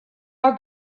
are